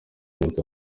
nibwo